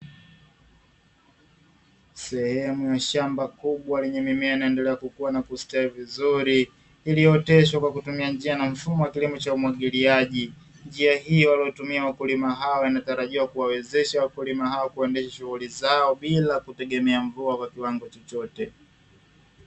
Sehemu ya shamba kubwa lenye mimea inayoendelea kukua na kustawi vizuri iliyooteshwa kwa kutumia njia na mfumo wa kilimo cha umwagiliaji. Njia hii waliyotumia wakulima hawa inatarajia kuwawezesha wakulima hawa kuendesha shughuli zao bila kutegemea mvua kwa kiwango chochote